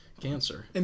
cancer